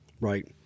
right